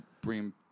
bring